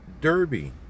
derby